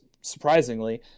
surprisingly